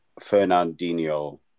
Fernandinho